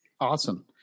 Awesome